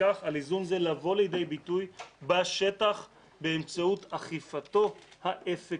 משכך על איזון זה לבוא לידי ביטוי בשטח באמצעות אכיפתו האפקטיבית'.